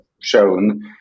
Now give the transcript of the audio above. shown